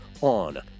on